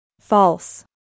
False